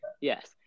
Yes